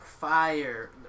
Fire